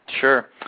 Sure